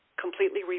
completely